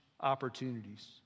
opportunities